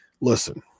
Listen